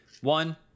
one